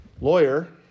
lawyer